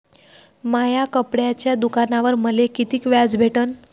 माया कपड्याच्या दुकानावर मले कितीक व्याज भेटन?